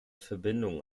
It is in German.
verbindungen